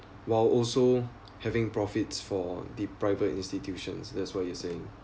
while also having profits for the private institutions that's what you're saying